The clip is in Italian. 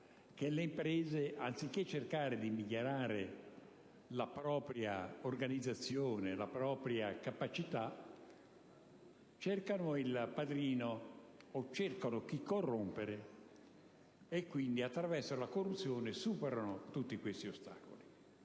che le imprese, anziché cercare di migliorare la propria organizzazione, la propria capacità, cercano il padrino o cercano di corrompere e, quindi, attraverso la corruzione superano tutti questi ostacoli.